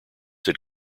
had